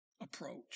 approach